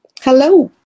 Hello